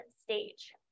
stage